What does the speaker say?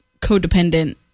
codependent